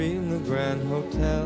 eina balta